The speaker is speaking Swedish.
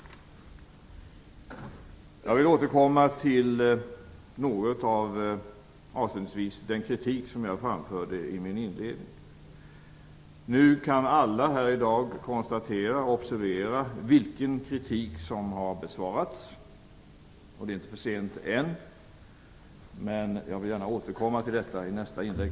Jag vill återkomma till en del av den kritik som jag framförde inledningsvis. Alla har här i dag kunnat konstatera och observera vilken kritik som har besvarats. Det är inte för sent än. Jag återkommer till detta i mitt nästa inlägg.